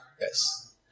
Yes